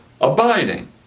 abiding